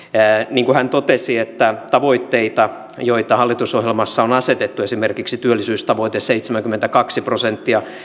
niin kuin hän totesi tavoitteita joita hallitusohjelmassa on asetettu esimerkiksi työllisyystavoite seitsemänkymmentäkaksi prosenttia